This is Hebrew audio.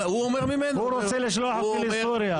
הוא רוצה לשלוח אותי לסוריה.